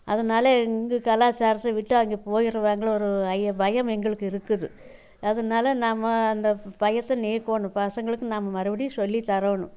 அதனால எங்கள் கலாச்சாரத்தை விட்டு அங்கே போயிடுவாங்களோ ஒரு ஐயம் பயம் எங்களுக்கு இருக்குது அதனால நாம் அந்த பயச நீக்கணும் பசங்களுக்கு நாம் மறுபடியும் சொல்லி தரணும்